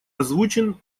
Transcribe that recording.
озвучен